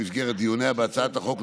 במסגרת דיוניה בהצעת החוק,